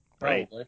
Right